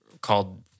called